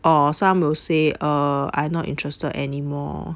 or some will say err I not interested anymore